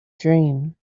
dream